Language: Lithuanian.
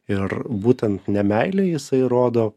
ir būtent ne meile jisai rodo